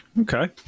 Okay